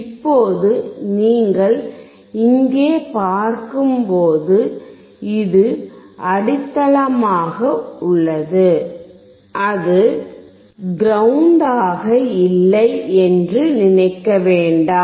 இப்போது நீங்கள் இங்கே பார்க்கும்போது இது அடித்தளமாக உள்ளது அது கிரௌன்டெட்டாக இல்லை என்று நினைக்க வேண்டாம்